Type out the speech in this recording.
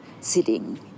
sitting